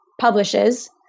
publishes